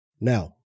Now